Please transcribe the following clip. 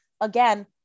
again